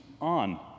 on